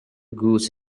goose